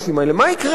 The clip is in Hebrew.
מה יקרה אתם?